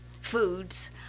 foods